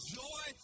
joy